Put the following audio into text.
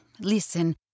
Listen